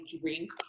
drink